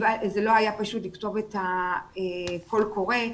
זה לא היה פשוט לכתוב את הקול קורא,